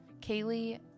kaylee